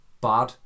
bad